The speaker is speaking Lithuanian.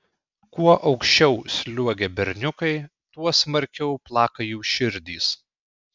kuo aukščiau sliuogia berniukai tuo smarkiau plaka jų širdys